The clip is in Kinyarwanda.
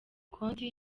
konti